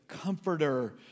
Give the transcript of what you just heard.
comforter